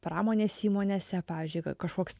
pramonės įmonėse pavyzdžiui kažkoks